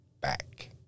back